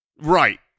Right